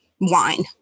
wine